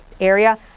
area